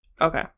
Okay